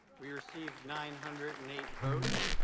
we received nine hundred and eight votes.